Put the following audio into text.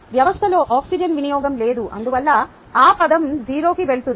వ్యవస్థలో ఆక్సిజన్ వినియోగం లేదు అందువల్ల ఆ పదం 0 కి వెళుతుంది